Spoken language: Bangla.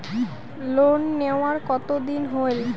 লোন নেওয়ার কতদিন হইল?